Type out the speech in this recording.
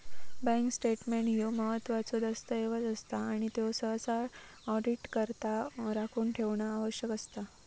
bank statement ह्यो महत्त्वाचो दस्तऐवज असता आणि त्यो सहसा ऑडिटकरता राखून ठेवणा आवश्यक असता